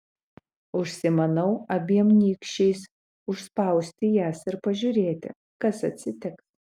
užsimanau abiem nykščiais užspausti jas ir pažiūrėti kas atsitiks